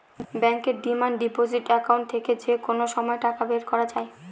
ব্যাঙ্কের demand deposit account থেকে যে কোনো সময় টাকা বের করা যায়